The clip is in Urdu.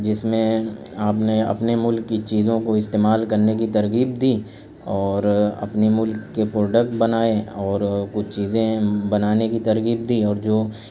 جس میں آپ نے اپنے ملک کی چیزوں کو استعمال کرنے کی ترغیب دی اور اپنی ملک کے پروڈکٹ بنائے اور کچھ چیزیں بنانے کی ترغیب دی اور جو